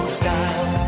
style